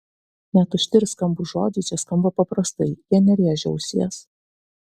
net tušti ir skambūs žodžiai čia skamba paprastai jie nerėžia ausies